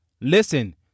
Listen